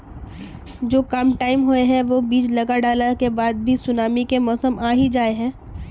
जो कम टाइम होये है वो बीज लगा डाला के बाद भी सुनामी के मौसम आ ही जाय है?